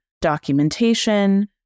documentation